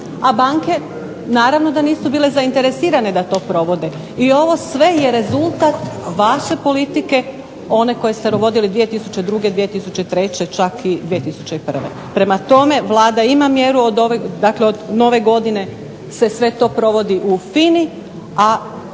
a banke naravno da nisu bile zainteresirane da to provode, i ovo sve je rezultat vaše politike, one koje ste vodili 2002., 2003., čak i 2001. Prema tome Vlada ima mjeru od ove, dakle od nove godine se sve to provodi u FINA-i,